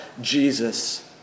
Jesus